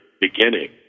beginning